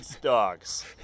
dogs